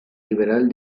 liberal